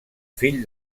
fill